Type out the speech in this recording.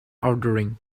ordering